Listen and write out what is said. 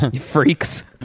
freaks